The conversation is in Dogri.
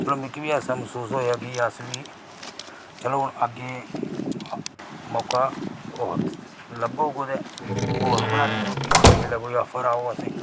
चलो मिकी बी ऐसा महसूस होआ कि अस बी चलो हून अग्गै मौका थ्होग लब्भग कुतै ओर बनागे रुट्टी कुतै जेल्लै कोई आफर ओग आसेगी